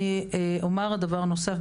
אומר דבר נוסף,